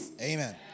Amen